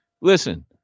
listen